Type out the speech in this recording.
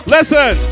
Listen